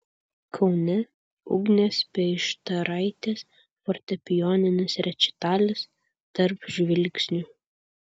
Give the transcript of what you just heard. kaune ugnės peištaraitės fortepijoninis rečitalis tarp žvilgsnių